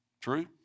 True